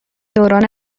دوران